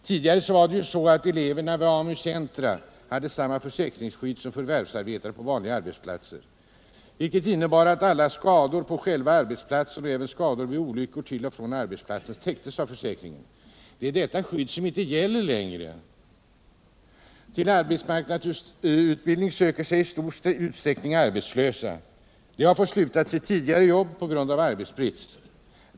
Tidigare hade eleverna vid AMU-centra samma försäkringsskydd som förvärvsarbetande på vanliga arbetsplatser, vilket innebär att alla skador på själva arbetsplatsen och skador vid olyckor under färd till och från arbetsplatsen täcktes av försäkringen. Detta skydd gäller inte längre. Till arbetsmarknadsutbildning söker sig i stor utsträckning personer som har fått sluta sina tidigare jobb på grund av arbetsbrist.